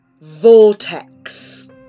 Vortex